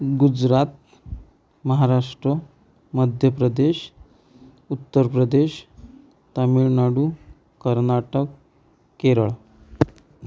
Gujarat Maharashtra Madhya Pradesh Uttar Pradesh Tamil Nadu Karnataka Kerala